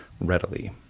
readily